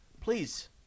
please